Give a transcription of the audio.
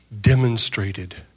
demonstrated